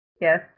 Yes